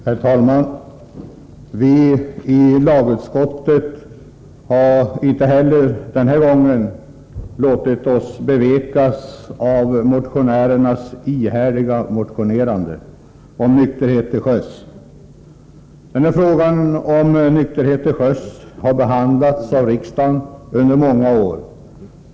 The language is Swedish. Herr talman! Vi har i lagutskottet inte heller denna gång låtit oss bevekas av motionärernas ihärdiga motionerande om nykterhet till sjöss. Frågan om nykterhet till sjöss har behandlats av riksdagen under många år.